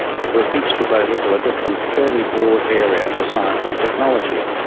but with each devoted to a different, fairly broad area of science or technology.